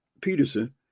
Peterson